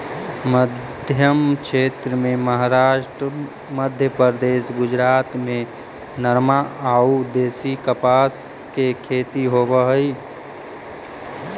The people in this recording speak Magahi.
मध्मक्षेत्र में महाराष्ट्र, मध्यप्रदेश, गुजरात में नरमा अउ देशी कपास के खेती होवऽ हई